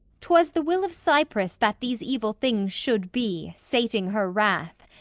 twas the will of cypris that these evil things should be, sating her wrath.